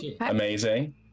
amazing